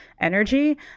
energy